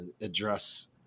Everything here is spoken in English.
address